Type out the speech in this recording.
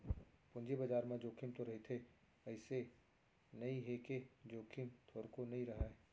पूंजी बजार म जोखिम तो रहिथे अइसे नइ हे के जोखिम थोरको नइ रहय